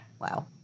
Wow